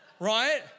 right